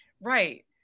right